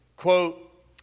Quote